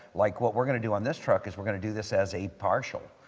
like what we're going to do on this truck is we're going to do this as a partial,